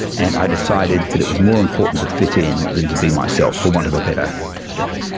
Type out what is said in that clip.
and i decided that it was more important to fit in than to be myself, for want of a better description.